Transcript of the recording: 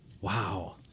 Wow